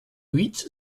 huit